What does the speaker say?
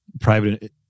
private